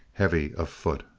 heavy of foot.